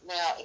Now